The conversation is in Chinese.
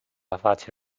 发起